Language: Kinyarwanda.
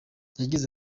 yagize